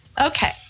Okay